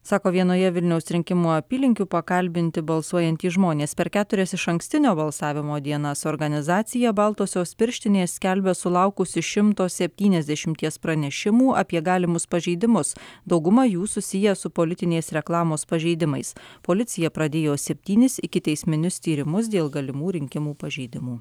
sako vienoje vilniaus rinkimų apylinkių pakalbinti balsuojantys žmonės per keturias išankstinio balsavimo dienas organizacija baltosios pirštinės skelbia sulaukusi šimto septyniasdešimties pranešimų apie galimus pažeidimus dauguma jų susiję su politinės reklamos pažeidimais policija pradėjo septynis ikiteisminius tyrimus dėl galimų rinkimų pažeidimų